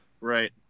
Right